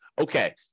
okay